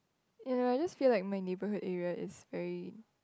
you know I just feel like my neighbourhood area is very